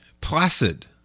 placid